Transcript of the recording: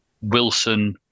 Wilson